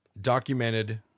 Documented